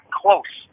close